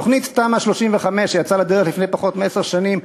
תמ"א 35, שיצאה לדרך לפני פחות מעשר שנים,